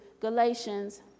Galatians